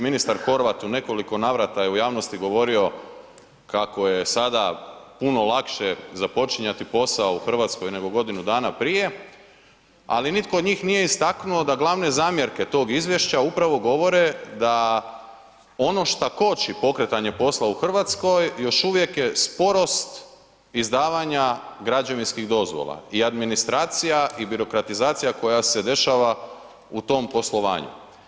Ministar Horvat u nekoliko navrata je u javnosti govorio kako je sada puno lakše započinjati posao u Hrvatskoj nego godinu dana prije, ali niko od njih nije istaknuo da glavne zamjerke tog izvješća upravo govore da ono šta koči pokretanje posla u Hrvatskoj još uvijek je sporost izdavanja građevinskih dozvola i administracija i birokratizacija koja se dešava u tom poslovanju.